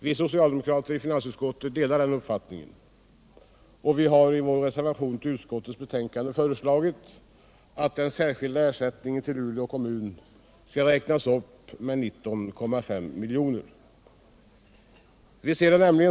Vi socialdemokrater i finansutskottet delar den uppfattningen och har i vår reservation till utskottets betänkande föreslagit att den särskilda ersättningen till Luleå kommun skall räknas upp med 19,5 miljoner.